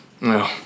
No